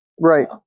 Right